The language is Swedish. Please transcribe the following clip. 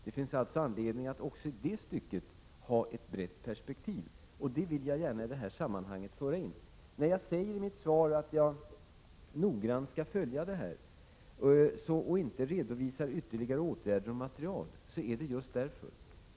Det finns alltså anledning att här anlägga ett brett perspektiv, och det vill jag gärna föra in i det här sammanhanget. Att jag i mitt svar säger att jag noggrant skall följa frågan men inte redovisar ytterligare åtgärder och material beror på just detta.